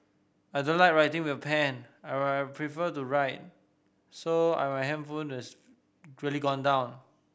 I don't like writing with a pen I prefer to write so I has really gone down